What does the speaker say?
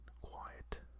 quiet